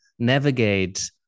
Navigate